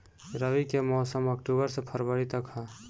रबी के मौसम अक्टूबर से फ़रवरी तक ह